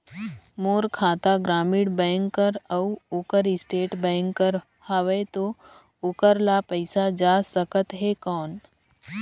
मोर खाता ग्रामीण बैंक कर अउ ओकर स्टेट बैंक कर हावेय तो ओकर ला पइसा जा सकत हे कौन?